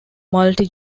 multi